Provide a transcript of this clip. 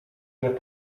nie